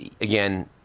again